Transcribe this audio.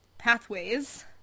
pathways